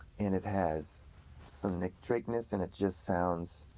and it has some nick drakeness, and it just sounds